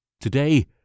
Today